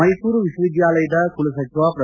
ಮೈಸೂರು ವಿಶ್ವವಿದ್ಯಾಲಯದ ಕುಲಸಚಿವ ಪ್ರೊ